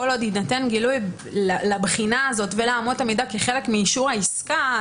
כל עוד יינתן גילוי לבחינה הזאת ולאמות המידה כחלק מאישור העסקה,